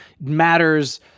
matters